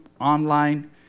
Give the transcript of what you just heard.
online